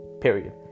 period